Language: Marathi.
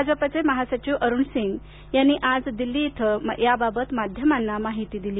भाजपचे महासचिव अरुण सिंग यांनी आज दिल्ली इथं याबाबत माध्यमांना माहिती दिली